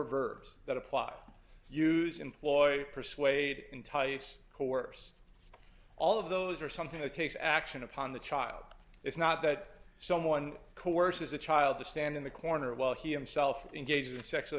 verbs that a plot use employ persuade entice coerce all of those are something that takes action upon the child it's not that someone coerces a child to stand in the corner while he himself engages in sexually